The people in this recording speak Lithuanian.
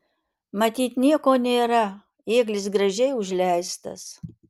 matyt nieko nėra ėglis gražiai užleistas